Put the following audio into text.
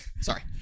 Sorry